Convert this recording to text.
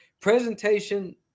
presentation